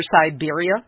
Siberia